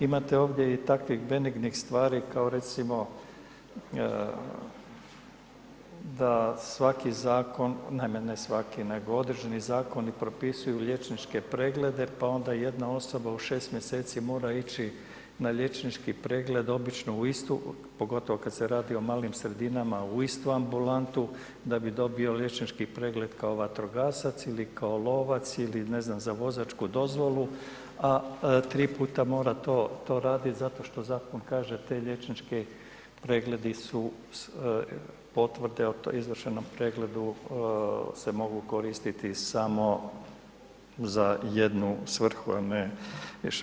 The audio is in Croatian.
Imate ovdje i takvih benignih stvari kao recimo da svaki Zakon, naime ne svaki nego određeni Zakoni propisuju liječničke pregleda pa onda jedna osoba u šest mjeseci mora ići na liječnički pregled obično u istu, pogotovo kad se radi o malim sredinama u istu ambulantu da bi dobio liječnički pregled kao vatrogasac ili kao lovac, ili ne znam za vozačku dozvolu, a tri puta mora to radit zato što Zakon kaže ti liječnički pregledi su, potvrde o izvršenom pregledu se mogu koristiti samo za jednu svrhu a ne više.